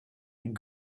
and